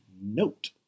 note